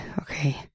Okay